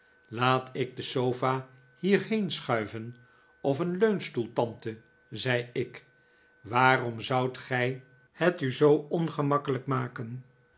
laat ik de sofa hierheen schuiven of een leunstoel tante zei ik waarom zoudt gij het u zoo ongemakkelijk maken